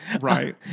right